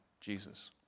Jesus